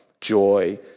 joy